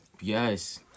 Yes